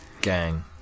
Gang